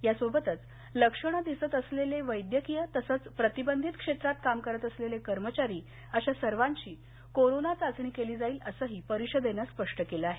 यासोबतच लक्षण दिसत असलेले वैद्यकीय तसंच प्रतिबंधित क्षेत्रात काम करत असलेले कर्मचारी अशा सर्वांची कोरोना चाचणी केली जाईल असंही परिषदेनं स्पष्ट केलं आहे